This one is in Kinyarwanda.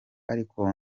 ariko